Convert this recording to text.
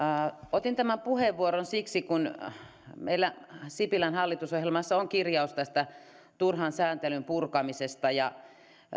otin tämän puheenvuoron siksi kun meillä sipilän hallitusohjelmassa on kirjaus turhan sääntelyn purkamisesta ja